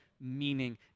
meaning